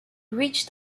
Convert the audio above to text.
reached